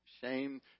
shame